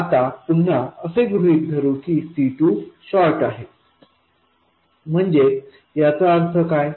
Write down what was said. आता पुन्हा असे गृहित धरु की C2शॉर्ट आहे म्हणजेच याचा अर्थ काय